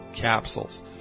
Capsules